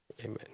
Amen